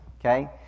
Okay